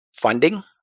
funding